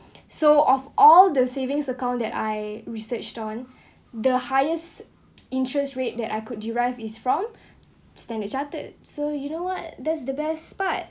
so of all the savings account that I researched on the highest interest rate that I could derive is from Standard Chartered so you know what that's the best part